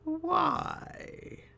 Why